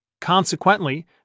Consequently